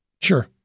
Sure